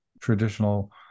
traditional